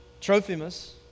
Trophimus